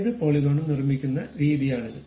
ഏത് പോളിഗോണും നിർമ്മിക്കുന്ന രീതിയാണിത്